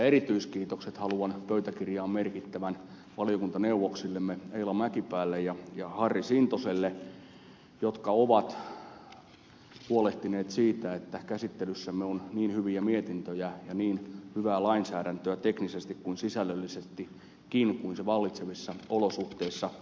erityiskiitokset haluan pöytäkirjaan merkittävän valiokuntaneuvoksillemme eila mäkipäälle ja harri sintoselle jotka ovat huolehtineet siitä että käsittelyssämme on niin hyviä mietintöjä ja niin hyvää lainsäädäntöä niin teknisesti kuin sisällöllisestikin kuin se vallitsevissa olosuhteissa mahdollista on